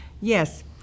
Yes